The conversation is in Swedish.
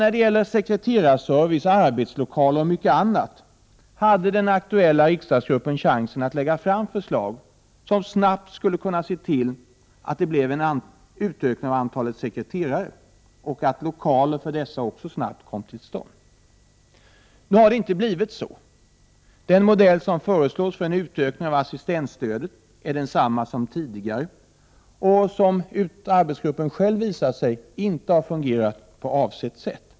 När det gäller sekreterarservice, arbetslokaler och mycket annat hade den aktuella arbetsgruppen chansen att lägga fram förslag som snabbt skulle kunna leda till att det blev en utökning av antalet sekreterare och att lokaler för dessa också snabbt kom till stånd. Nu har det inte blivit så. Den modell som föreslås för en utökning av assistentstödet är densamma som tidigare, vilken — enligt vad arbetsgruppen själv konstaterar — inte har fungerat på avsett vis.